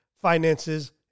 finances